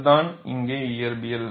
அதுதான் இங்கே இயற்பியல்